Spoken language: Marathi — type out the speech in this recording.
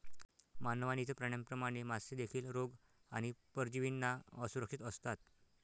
मानव आणि इतर प्राण्यांप्रमाणे, मासे देखील रोग आणि परजीवींना असुरक्षित असतात